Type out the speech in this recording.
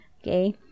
okay